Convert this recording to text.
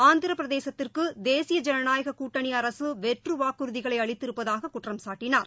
ஆந்திர பிரதேசத்திற்கு தேசிய ஜனநாயக கூட்டணி அரசு வெற்று வாக்குறுதிகளை அளித்திருப்பதாக குற்றம் சாட்டினார்